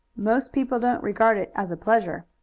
most people don't regard it as a pleasure.